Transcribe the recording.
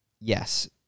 yes